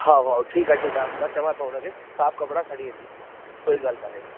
हा हा ठीकु आहे ठीकु आहे मां चवां थो हुन खे साफ़ु कपिड़ा खणी ईंदी कोई ॻाल्हि कोन्हे